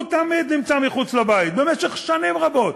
הוא תמיד נמצא מחוץ לבית במשך שנים רבות,